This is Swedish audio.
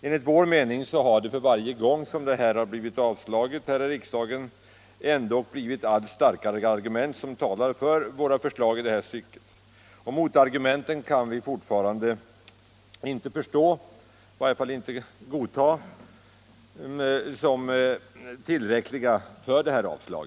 Enligt vår mening har för varje gång som dessa yrkanden avslagits de argument blivit allt starkare som talar för våra förslag i det här stycket. Motargumenten kan vi fortfarande inte förstå, i varje fall inte godta som tillräckliga för avslag.